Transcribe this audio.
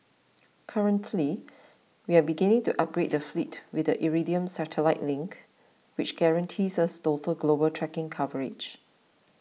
currently we are beginning to upgrade the fleet with the Iridium satellite link which guarantees us total global tracking coverage